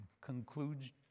concludes